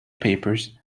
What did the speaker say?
papers